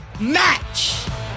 Match